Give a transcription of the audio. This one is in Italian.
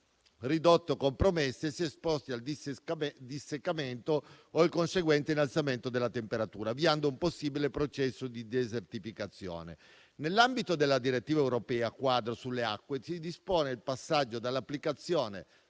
ridotte o compromesse se esposti al disseccamento o al conseguente innalzamento della temperatura, avviando un possibile processo di desertificazione. Nell'ambito della direttiva europea quadro sulle acque si dispone il passaggio dall'applicazione